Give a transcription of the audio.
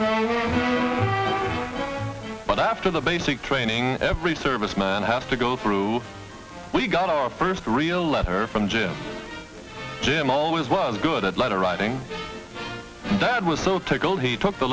but after the basic training every serviceman have to go through we got our first real letter from jim jim always love a good letter writing dad was so tickled he took the